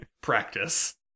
practice